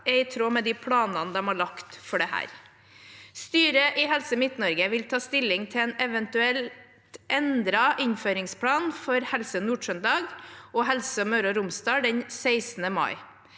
er i tråd med de planene de har lagt for dette. Styret i Helse Midt-Norge vil ta stilling til en eventuell endret innføringsplan for Helse Nord-Trøndelag og Helse Møre og Romsdal den 16. mai.